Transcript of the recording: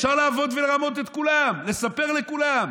אפשר לעבוד ולרמות את כולם, לספר לכולם.